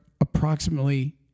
approximately